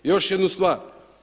Još jednu stvar.